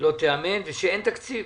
לא תיאמן, ושאין תקציב.